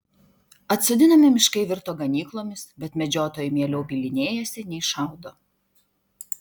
atsodinami miškai virto ganyklomis bet medžiotojai mieliau bylinėjasi nei šaudo